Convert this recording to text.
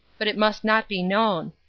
but it must not be known.